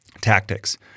tactics